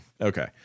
Okay